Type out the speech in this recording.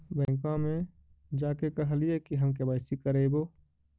बैंकवा मे जा के कहलिऐ कि हम के.वाई.सी करईवो?